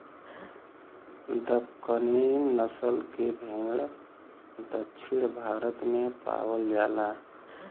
दक्कनी नसल के भेड़ दक्षिण भारत में पावल जाला